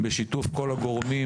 בשיתוף כל הגורמים